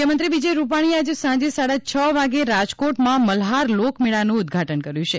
મુખ્યમંત્રી વિજય રૂપાણીએ આજે સાંજે સાડા છ વાગે રાજકોટમાં મલ્હાર લોકમેળાનું ઉદ્દઘાટન કર્યું છે